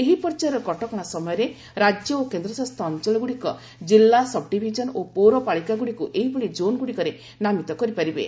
ଏହି ପର୍ଯ୍ୟୟର କଟକଣା ସମୟରେ ରାଜ୍ୟ ଓ କେନ୍ଦ୍ରଶାସିତ ଅଞ୍ଚଳଗୁଡ଼ିକ କିଲ୍ଲା ସବ୍ତିଭିଜନ ଓ ପୌରପାଳିକାଗୁଡ଼ିକୁ ଏଭଳି ଜୋନ୍ଗୁଡ଼ିକରେ ନାମିତ କରିପାରିବେ